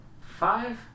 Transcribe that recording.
Five